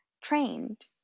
trained